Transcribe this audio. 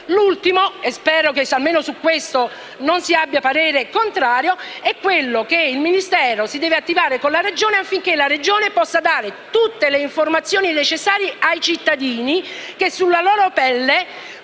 punto - e spero che almeno su questo non vi sia il parere contrario - chiede che il Ministero si attivi con la Regione affinché quest'ultima possa dare tutte le informazioni necessarie ai cittadini, che sulla loro pelle